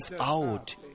out